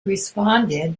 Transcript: responded